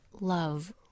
love